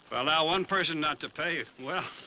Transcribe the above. allow one person not to pay, well.